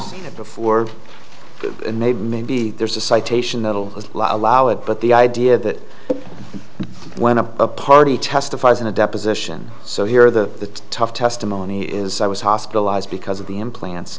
had before and maybe maybe there's a citation that'll allow it but the idea that when a party testifies in a deposition so here the tough testimony is i was hospitalized because of the implants